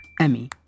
Emmy